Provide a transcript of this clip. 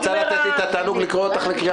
את רוצה לתת לי את התענוג לקרוא אותך לקריאה שלישית?